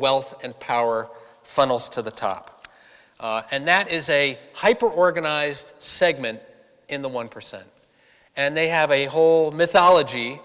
wealth and power funnels to the top and that is a hyper organized segment in the one percent and they have a whole mythology